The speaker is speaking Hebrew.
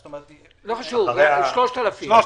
השאיפה שלנו ככל שיעלו הביקושים אנו